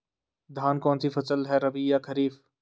धान कौन सी फसल है रबी या खरीफ?